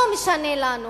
לא משנה לנו,